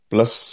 Plus